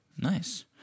Nice